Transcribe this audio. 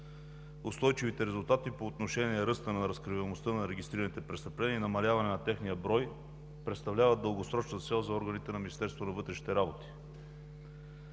Устойчивите резултати по отношение ръста на разкриваемостта на регистрираните престъпления и намаляване на техния брой представляват дългосрочна цел за органите на